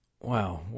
wow